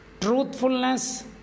truthfulness